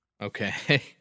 okay